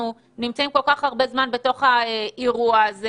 נמצאים כל כך הרבה זמן בתוך האירוע הזה,